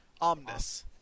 Omnis